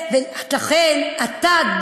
אתה,